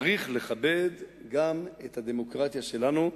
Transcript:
צריך לכבד גם את הדמוקרטיה שלנו.